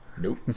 Nope